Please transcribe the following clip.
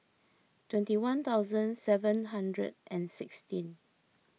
twenty one thousand seven hundred and sixteen